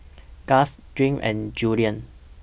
Guss Gwen and Julien